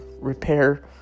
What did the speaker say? repair